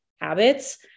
habits